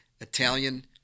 Italian